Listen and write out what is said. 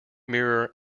mirror